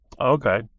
Okay